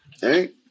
Hey